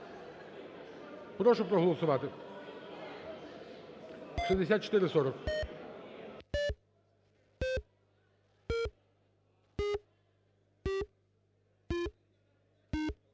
Прошу проголосувати. 6440.